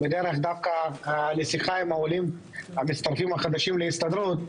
בדרך היתה לי שיחה עם העולים המצטרפים החדשים להסתדרות.